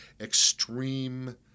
extreme